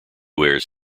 wears